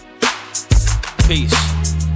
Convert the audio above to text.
peace